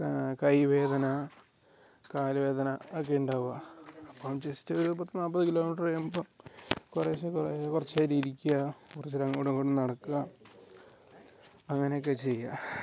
കൈ വേദന കാൽ വേദന ഒക്കെ ഉണ്ടാവുക അപ്പം ജെസ്റ്റ് ഒരു പത്ത് നാൽപ്പത് കിലോമീറ്ററ് കഴിയുമ്പം കുറേശ്ശെ കുറെ കുറച്ച് നേരം ഇരിക്കാൻ കുറച്ച് നേരം അങ്ങോടും ഇങ്ങോടും നടക്കുക അങ്ങനെ ഒക്കെ ചെയ്യാൻ